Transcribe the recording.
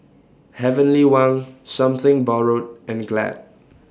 Heavenly Wang Something Borrowed and Glad